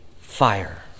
fire